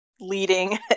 leading